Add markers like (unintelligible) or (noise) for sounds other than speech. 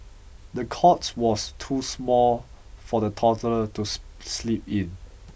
the cot was too small for the toddler to (unintelligible) sleep in